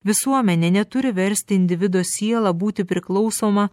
visuomenė neturi versti individo sielą būti priklausoma